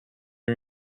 you